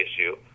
issue